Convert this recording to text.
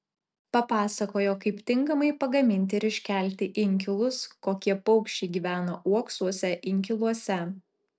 papasakojo kaip tinkamai pagaminti ir iškelti inkilus kokie paukščiai gyvena uoksuose inkiluose